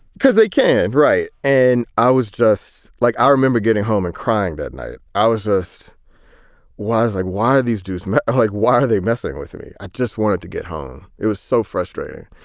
because they can. right. and i was just like i remember getting home and crying that night. i was ah just was like, why are these jews like, why are they messing with me? i just wanted to get home. it was so frustrating.